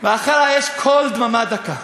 ואחר האש קול דממה דקה".